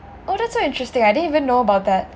oh that's so interesting I didn't even know about that